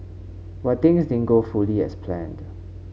but things didn't go fully as planned